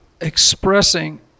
expressing